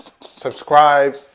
subscribe